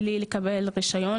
בלי לקבל רישיון,